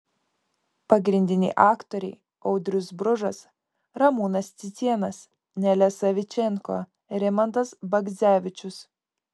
pagrindiniai aktoriai audrius bružas ramūnas cicėnas nelė savičenko rimantas bagdzevičius